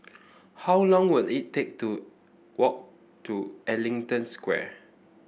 how long will it take to walk to Ellington Square